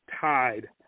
tied